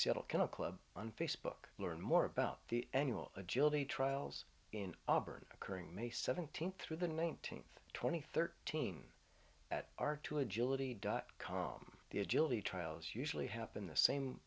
seattle kennel club on facebook learn more about the annual agility trials in auburn occurring may seventeenth through the nineteenth twenty thirteen at our two agility dot com the agility trials usually happen the same